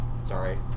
Sorry